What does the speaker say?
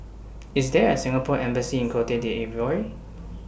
IS There A Singapore Embassy in Cote D'Ivoire